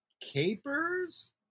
capers